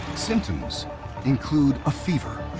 symptoms include a fever,